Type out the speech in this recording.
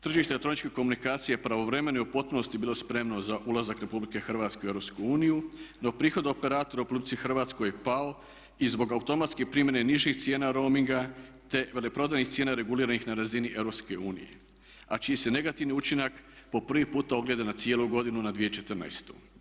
Tržište elektroničkih komunikacija je pravovremeno i u potpunosti bilo spremno za ulazak RH u EU, no prihod operatora u RH je pao i zbog automatske primjene nižih cijena roaminga te veleprodajnih cijena reguliranih na razini EU a čiji se negativni učinak prvi puta ogledao na cijelu godinu na 2014.